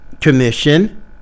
commission